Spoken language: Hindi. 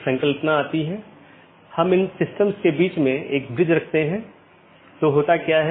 जब ऐसा होता है तो त्रुटि सूचना भेज दी जाती है